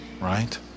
right